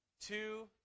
two